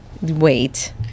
wait